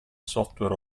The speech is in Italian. software